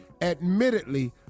Admittedly